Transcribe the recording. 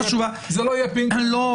זה לא יהיה פינג-פונג --- בוודאי,